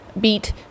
beat